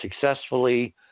successfully